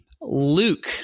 Luke